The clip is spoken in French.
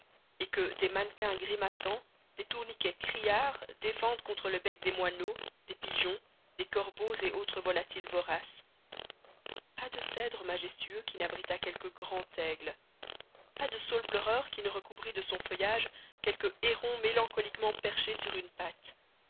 et que des mannequins grimaçants des tourniquets criards défendent contre le bec des moineaux des pigeons des corbeaux et autres volatiles voraces pas de cèdre majestueux qui n'abritât quelque grand aigle pas de saule pleureur qui ne recouvrît de son feuillage quelque héron mélancoliquement perché sur une patte